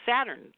Saturn